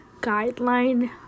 guideline